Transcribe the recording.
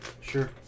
Sure